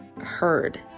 heard